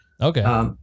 Okay